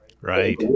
Right